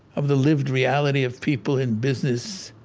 of the lived reality of people in business,